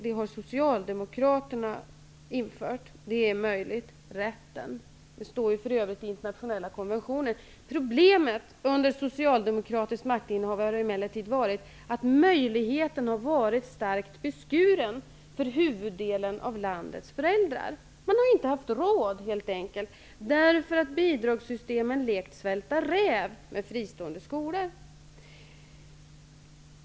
Det är möjligt att ni har infört rätten -- det står för övrigt inskrivet i internationella konventioner. Problemet under socialdemokratiskt maktinnehav har emellertid varit att möjligheten har varit starkt beskuren för huvuddelen av landets föräldrar. Man har helt enkelt inte haft råd, därför att bidragssystemen lekt svälta räv med fristående skolor.